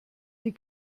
die